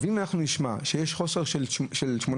אבל אם אנחנו נשמע שיש חוסר של 800,000,